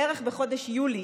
בערך בחודש יולי.